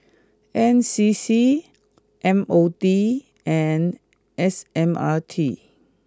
N C C M O D and S M R T